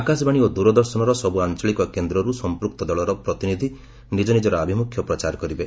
ଆକାଶବାଣୀ ଓ ଦୂରଦର୍ଶନର ସବୁ ଆଞ୍ଚଳିକ କେନ୍ଦ୍ରରୁ ସଂପୃକ୍ତ ଦଳର ପ୍ରତିନିଧି ନିଜ ନିଜର ଆଭିମୁଖ୍ୟ ପ୍ରଚାର କରିପାରିବେ